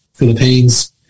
Philippines